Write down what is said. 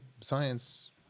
science